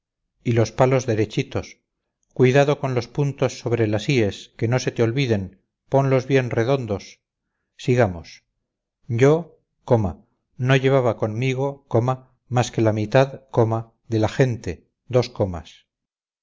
y los palos derechitos cuidado con los puntos sobre las íes que no se te olviden ponlos bien redondos sigamos yo coma no llevaba conmigo coma más que la mitad coma de la gente dos comas no son necesarias tantas comas